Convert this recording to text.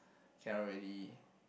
cannot really